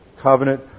covenant